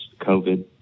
COVID